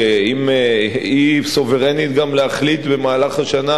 היא סוברנית גם להחליט במהלך השנה